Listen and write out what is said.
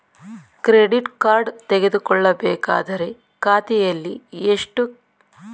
Credit card ತೆಗೆದುಕೊಳ್ಳಬೇಕಾದರೆ ಖಾತೆಯಲ್ಲಿ ಕನಿಷ್ಠ ಎಷ್ಟು ಹಣ ಇರಬೇಕು?